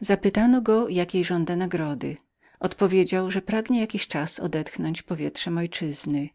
zapytano go jakiejby żądał nagrody odpowiedział że pragnie jakiś czas odetchnąć powietrzem ojczyzny